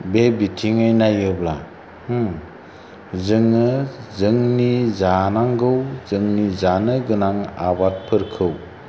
बे बिथिङै नायोब्ला जोङो जोंनि जानांगौ जोंनि जानो गोनां आबादफोरखौ